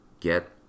Get